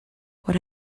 what